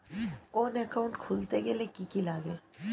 কোন একাউন্ট খুলতে গেলে কি কি লাগে?